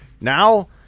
Now